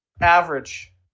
Average